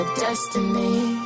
destiny